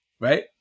right